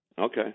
Okay